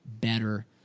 better